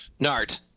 Nart